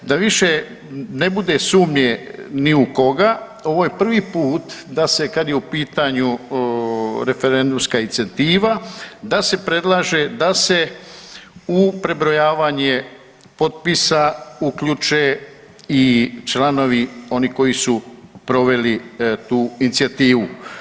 Da više ne bude sumnje ni u koga, ovo je prvi put da se, kad je u pitanju referendumska inicijativa, da se predlaže da se u prebrojavanje potpisa uključe i članovi oni koji su proveli tu inicijativu.